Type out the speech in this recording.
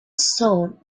stone